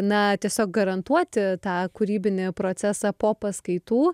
na tiesiog garantuoti tą kūrybinį procesą po paskaitų